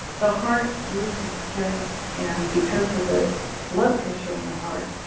the heart loses strength and because of the blood pressure in the heart